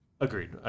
agreed